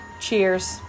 cheers